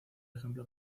ejemplo